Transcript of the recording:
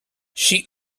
she